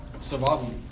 survival